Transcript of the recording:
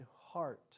heart